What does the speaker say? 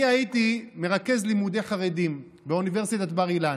אני הייתי מרכז לימודי חרדים באוניברסיטת בר אילן,